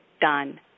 Done